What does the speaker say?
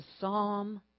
psalm